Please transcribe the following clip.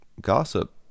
gossip